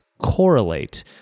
correlate